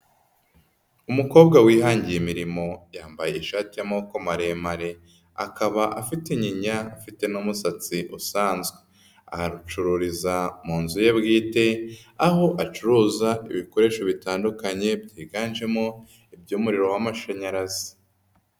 Umukobwa wihangiye imirimo yambaye ishati y'amako maremare, akaba afite inyinya afite n'umusatsi usanzwe, aha acururiza mu nzu ye bwite, aho acuruza ibikoresho bitandukanye byiganjemo iby'umuriro w'amashanyarazi.